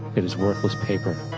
it is worthless paper.